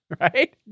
right